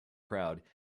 crowd